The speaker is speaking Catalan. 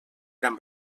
gran